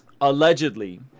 allegedly